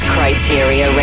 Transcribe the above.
Criteria